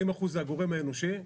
40% זה הגורם האנושי.